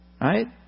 right